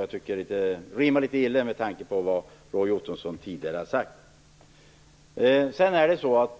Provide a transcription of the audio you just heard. Jag tycker att det rimmar litet illa med tanke på vad Roy Ottosson tidigare har sagt.